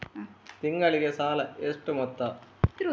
ತಿಂಗಳಿಗೆ ಸಾಲ ಎಷ್ಟು ಮೊತ್ತ?